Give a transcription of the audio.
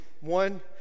One